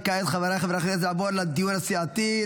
כעת, חבריי חברי הכנסת, נעבור לדיון הסיעתי.